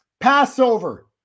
Passover